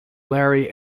larry